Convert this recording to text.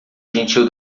gentil